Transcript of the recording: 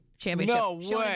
Championship